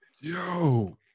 Yo